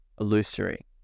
illusory